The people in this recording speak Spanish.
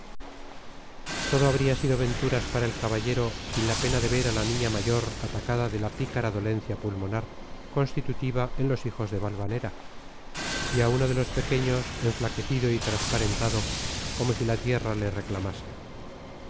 todo habría sido venturas para el caballero sin la pena de ver a la niña mayor atacada de la pícara dolencia pulmonar constitutiva en los hijos de valvanera y a uno de los pequeños enflaquecido y transparentado como si la tierra le reclamase